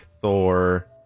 Thor